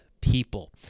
people